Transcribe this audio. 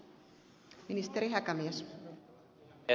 arvoisa puhemies